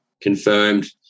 confirmed